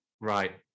Right